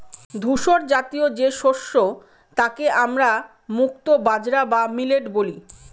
ধূসরজাতীয় যে শস্য তাকে আমরা মুক্তো বাজরা বা মিলেট বলি